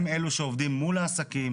הם אלו שעובדים מול העסקים